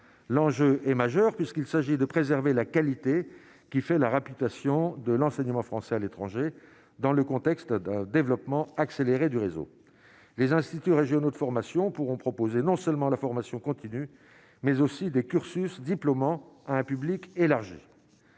l'enjeu est majeur puisqu'il s'agit de préserver la qualité qui fait la réputation de l'enseignement français à l'étranger, dans le contexte d'un développement accéléré du réseau, les instituts régionaux de formation pourront proposer non seulement la formation continue, mais aussi des cursus diplômant à un public élargi